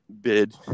bid